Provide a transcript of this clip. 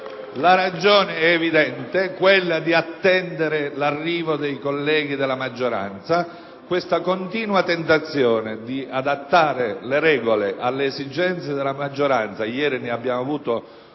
La ragione eevidente: attendere l’arrivo dei colleghi della maggioranza. Questa continua tentazione di adattare le regole alle esigenze della maggioranza – ieri ne abbiamo avuto